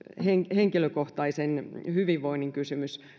henkilökohtaisen hyvinvoinnin kysymys